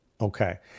Okay